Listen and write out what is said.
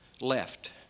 left